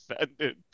offended